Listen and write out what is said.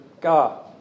God